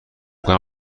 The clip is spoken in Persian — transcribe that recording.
کنم